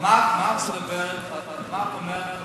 אבל מה את אומרת על מה שהיה,